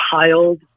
piled